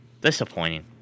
Disappointing